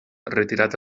retirat